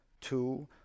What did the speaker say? two